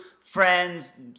friends